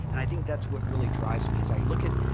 and i think that's what really drives me, as i look at.